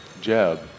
Jeb